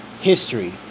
history